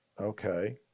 Okay